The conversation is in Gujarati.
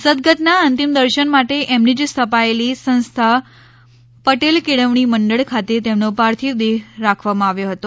સદગતના અંતિમ દર્શન માટે એમની જ સ્થાપેલી સંસ્થા પટેલ કેળવણી મંડળ ખાતે તેમનો પાર્થિવ દેહ રાખવામાં આવ્યો હતો